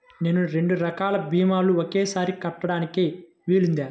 నేను రెండు రకాల భీమాలు ఒకేసారి కట్టడానికి వీలుందా?